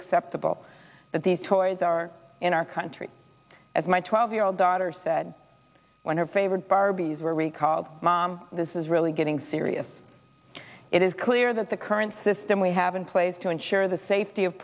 acceptable that these toys are in our country as my twelve year old daughter said when her favorite barbies were recalled mom this is really getting serious it is clear that the current system we have in place to ensure the safety of